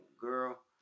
girl